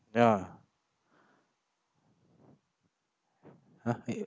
ya !huh! eh